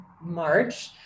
March